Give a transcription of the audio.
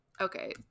okay